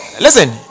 Listen